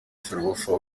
ferwafa